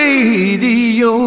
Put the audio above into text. Radio